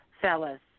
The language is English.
Fellas